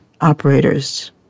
operators